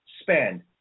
spend